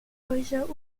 häuser